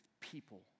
people